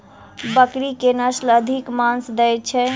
बकरी केँ के नस्ल अधिक मांस दैय छैय?